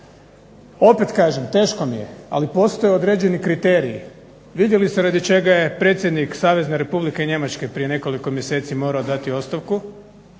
opet kažem teško mi je, ali postoje određeni kriteriji. Vidjeli ste radi čega je predsjednik Savezne Republike Njemačke prije nekoliko mjeseci morao dati ostavku.